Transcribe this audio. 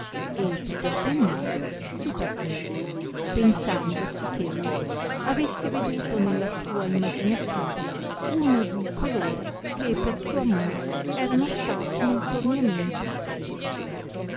e tutto sdegnato si partì pensandosi eh ella avesse veduto nella sua imaginativa uno di coloro che per suo amore erano stati nel torniamento uccisi